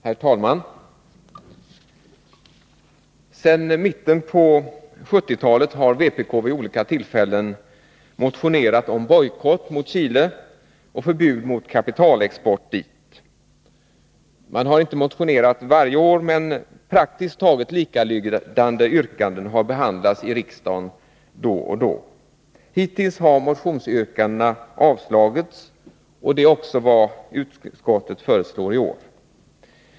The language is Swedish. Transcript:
Herr talman! Sedan mitten av 1970-talet har vpk vid olika tillfällen motionerat om bojkott mot Chile och förbud mot kapitalexport dit. Man har inte motionerat varje år, men praktiskt taget likalydande yrkanden har behandlats i riksdagen då och då. Hittills har motionsyrkandena avslagits, och det är också vad utskottet föreslår i år.